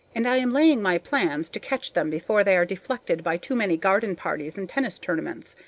and i am laying my plans to catch them before they are deflected by too many garden parties and tennis tournaments.